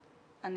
data.gov.